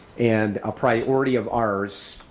and a priority of ours,